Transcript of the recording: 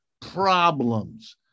problems